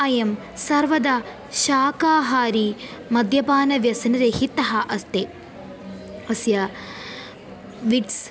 अयं सर्वदा शाकाहारी मद्यपानव्यसनरिहितः अस्ति अस्य विट्स्